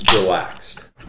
Relaxed